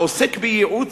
העוסק בייעוץ,